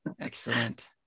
excellent